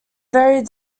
very